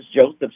Joseph